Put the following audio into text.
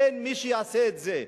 אין מי שיעשה את זה,